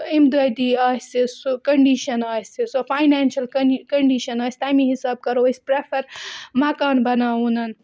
اِمدٲدی آسہِ سُہ کٔنڈِشَن آسہِ سۄ فاینینشَل کٔنڈِشَن آسہِ تَمے حِساب کَرو أسۍ پرٛٮ۪فَر مکان بَناوُن